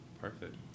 Perfect